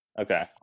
okay